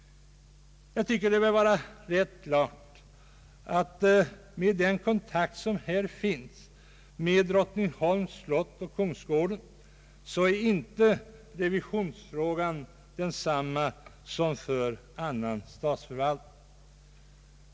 Jag tycker det bör vara rätt klart, på grund av den kontakt som här finns mellan Drottningholms slott och kungsgården, att revisionsfrågan inte är densamma som för annan statsförvaltning.